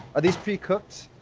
are these pre-cooked?